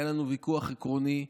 היה לנו ויכוח עקרוני,